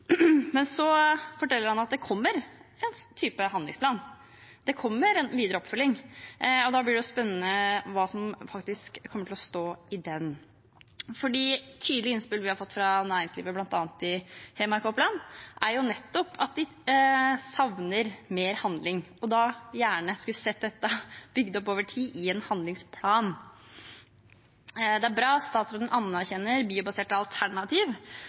Så forteller han at det kommer en type handlingsplan. Det kommer en videre oppfølging. Da blir det spennende hva som faktisk kommer til å stå i den. Tydelige innspill vi har fått fra næringslivet i bl.a. Hedmark og Oppland, er nettopp at de savner mer handling og gjerne skulle sett dette bygd opp over tid i en handlingsplan. Det er bra at statsråden anerkjenner biobaserte